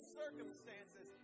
circumstances